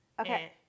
Okay